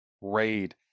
Raid